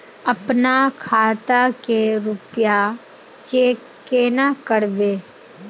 अपना खाता के रुपया चेक केना करबे?